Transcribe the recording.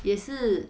也是